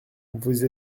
vous